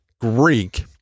Greek